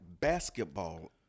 basketball